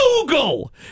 Google